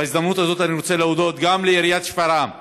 בהזדמנות הזאת אני רוצה להודות גם לעיריית שפרעם,